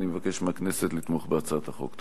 אני מבקש מהכנסת לתמוך בהצעת החוק.